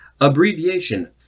Abbreviation